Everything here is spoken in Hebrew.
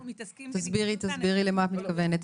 תסבירי למה את מתכוונת?